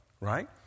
right